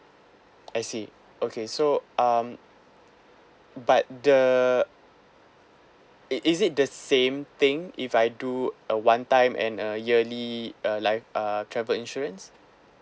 I see okay so um but the it is it the same thing if I do a one time and a yearly uh life uh travel insurance